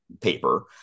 paper